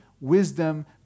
wisdom